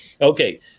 Okay